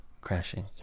crashing